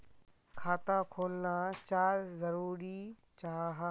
खाता खोलना चाँ जरुरी जाहा?